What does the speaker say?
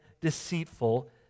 deceitful